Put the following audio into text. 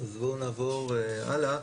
בואו נעבור הלאה.